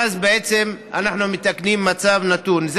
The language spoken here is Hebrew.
ואז אנחנו מתקנים מצב נתון.